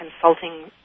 consulting